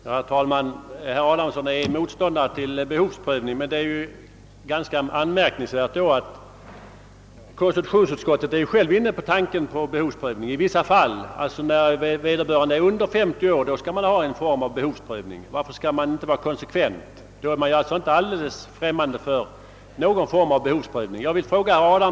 Herr talman! Herr Adamsson är motståndare till behovsprövning. Det är ju ganska anmärkningsvärt att konstitutionsutskottet självt är inne på tanken på behovsprövning i vissa fall. När vederbörande är under 50 år skall man nämligen ha en form av behovsprövning. Varför skall man inte vara konsekvent? Man är ju inte alldeles främmande för någon form av behovsprövning.